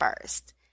first